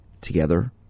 together